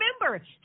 remember